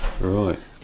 Right